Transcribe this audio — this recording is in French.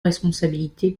responsabilités